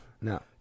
No